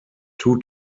two